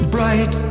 Bright